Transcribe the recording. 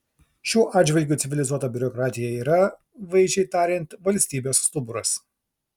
šiuo atžvilgiu civilizuota biurokratija yra vaizdžiai tariant valstybės stuburas